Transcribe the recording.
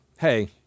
hey